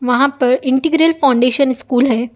وہاں پر integral foundation school ہیں